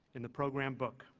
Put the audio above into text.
in the program book.